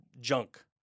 junk